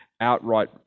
Outright